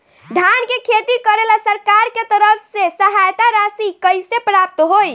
धान के खेती करेला सरकार के तरफ से सहायता राशि कइसे प्राप्त होइ?